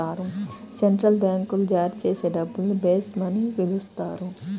central బ్యాంకులు జారీ చేసే డబ్బుల్ని బేస్ మనీ అని పిలుస్తారు